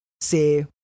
say